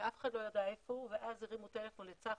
ואף אחד לא ידע איפה הוא ואז הרימו טלפון לצח"י,